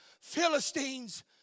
Philistines